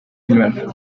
animale